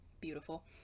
Beautiful